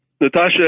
Natasha